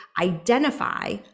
identify